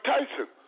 Tyson